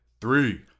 Three